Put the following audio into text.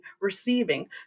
receiving